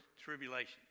tribulation